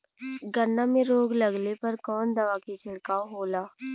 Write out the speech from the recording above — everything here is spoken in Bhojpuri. गन्ना में रोग लगले पर कवन दवा के छिड़काव होला?